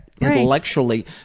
intellectually